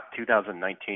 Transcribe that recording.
2019